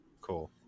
Cool